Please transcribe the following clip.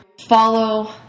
follow